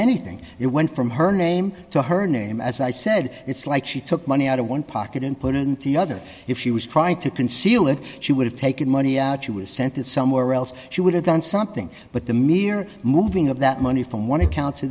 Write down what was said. anything it went from her name to her name as i said it's like she took money out of one pocket and put it in the other if she was trying to conceal it she would have taken money out she was sent it somewhere else she would have done something but the mere moving of that money from one account